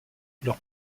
leur